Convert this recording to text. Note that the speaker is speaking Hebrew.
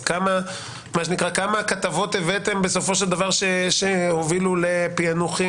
אז כמה כתבות הבאתם בסופו של דבר שהובילו לפענוחים,